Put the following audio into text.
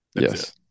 yes